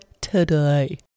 today